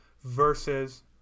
versus